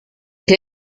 che